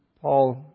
Paul